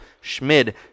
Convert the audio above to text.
Schmid